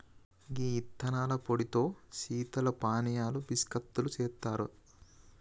గీ యిత్తనాల పొడితో శీతల పానీయాలు బిస్కత్తులు సెత్తారు